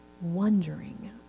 wondering